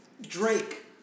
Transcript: Drake